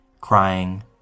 crying